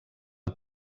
amb